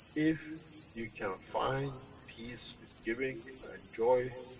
if you can find peace with giving, and joy,